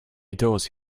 adores